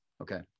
Okay